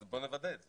בוא נוודא את זה.